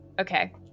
okay